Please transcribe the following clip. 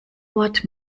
wort